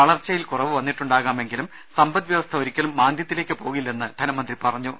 വളർച്ചയിൽ കുറവ് വന്നിട്ടുണ്ടാകാമെങ്കിലും സമ്പദ് വൃവസ്ഥ ഒരിക്കലും മാന്ദൃത്തിലേക്ക് പോകില്ലെന്ന് ധനമന്ത്രി പറഞ്ഞു